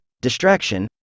distraction